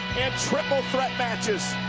and triple threat matches.